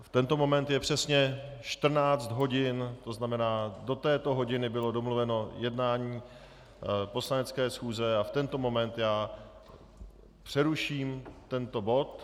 V tento moment je přesně 14 hodin, tzn. do této hodiny bylo domluveno jednání poslanecké schůze a v tento moment přeruším tento bod.